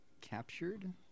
captured